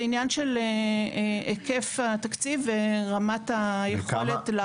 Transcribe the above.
זה עניין של היקף התקציב ורמת היכולת לעבוד בה.